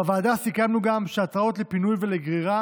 בוועדה סיכמנו גם שהתראות לפינוי ולגרירה